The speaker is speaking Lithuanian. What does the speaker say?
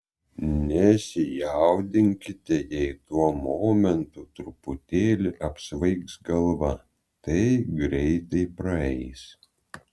nesijaudinkite jei tuo momentu truputėlį apsvaigs galva tai greitai praeis